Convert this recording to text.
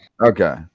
Okay